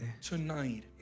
tonight